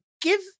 give